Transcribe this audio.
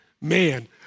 man